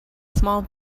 small